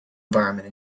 environment